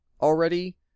already